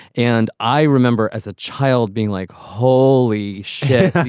and i remember as a child being like, holy shit,